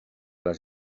les